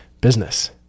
business